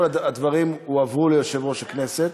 קודם כול, הדברים הועברו ליושב-ראש הכנסת.